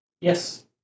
Yes